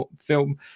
film